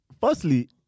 Firstly